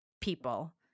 people